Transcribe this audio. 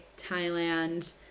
Thailand